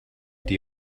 die